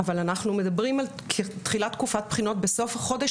אבל אנחנו מדברים על תחילת תקופת הבחינות בסוף החודש,